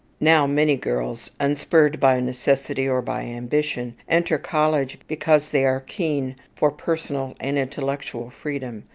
now many girls, unspurred by necessity or by ambition, enter college because they are keen for personal and intellectual freedom,